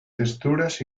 texturas